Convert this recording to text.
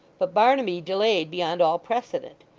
but barnaby delayed beyond all precedent.